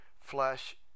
flesh